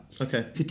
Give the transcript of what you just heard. okay